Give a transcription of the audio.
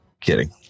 Kidding